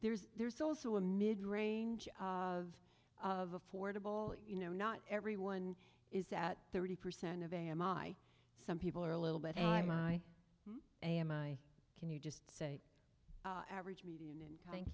there's there's also a mid range of affordable you know not everyone is at thirty percent of am i some people are a little bit and i am i can you just say average median thank